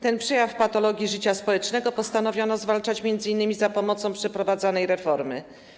Ten przejaw patologii życia społecznego postanowiono zwalczać m.in. za pomocą przeprowadzanej reformy.